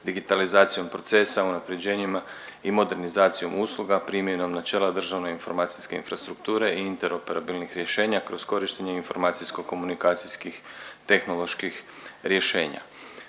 digitalizacijom procesa, unapređenjima i modernizacijom usluga primjenom načela države informacijske infrastrukture i interoperabilnih rješenja kroz korištenje informacijsko komunikacijskih tehnoloških rješenja.